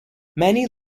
many